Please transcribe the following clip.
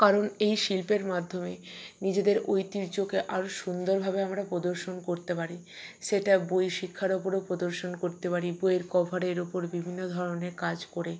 কারণ এই শিল্পের মাধ্যমে নিজেদের ঐতিহ্যকে আরও সুন্দরভাবে আমরা প্রদর্শন করতে পারি সেটা বই শিক্ষার ওপরেও প্রদর্শন করতে পারি বইয়ের কভারের ওপর বিভিন্ন ধরনের কাজ করে